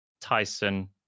Tyson